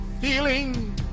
feeling